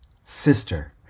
Sister